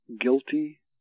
guilty